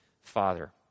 Father